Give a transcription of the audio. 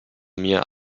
mir